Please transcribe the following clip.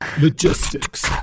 logistics